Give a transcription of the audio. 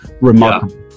remarkable